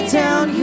down